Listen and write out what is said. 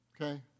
Okay